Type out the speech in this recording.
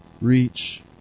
reach